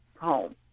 home